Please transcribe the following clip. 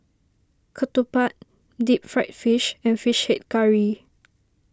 Ketupat Deep Fried Fish and Fish Head Curry